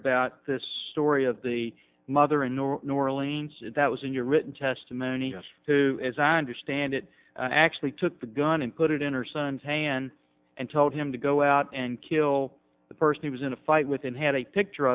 about this story of the mother in new orleans that was in your written testimony to as i understand it actually took the gun and put it in her son's hand and told him to go out and kill the person he was in a fight with and had a picture